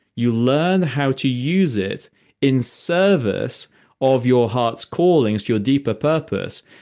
you learn how to use it in service of your heart's callings to your deeper purpose.